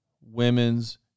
women's